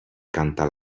canta